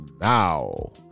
now